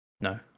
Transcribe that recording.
no